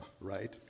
right